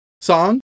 song